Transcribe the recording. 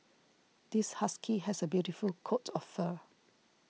this husky has a beautiful coat of fur